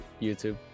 YouTube